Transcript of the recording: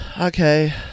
okay